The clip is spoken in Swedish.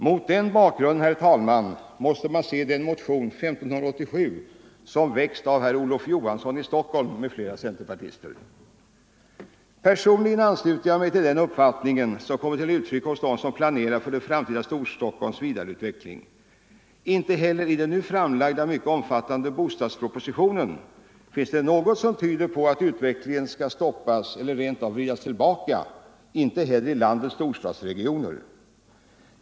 Mot den bakgrunden, herr talman, måste man se den motion, som väckts av herr Olof Johansson i Stockholm m.fl. centerpartister. Personligen ansluter jag mig till den uppfattning som kommer till uttryck hos dem som planerar för det framtida Storstockholms vidareutveckling. Inte heller i den framlagda mycket omfattande bostadspropositionen finns det något som tyder på att utvecklingen skall stoppas eller rent av vridas tillbaka — inte heller i landets storstadsregioner.